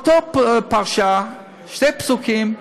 באותה פרשה, בשני פסוקים,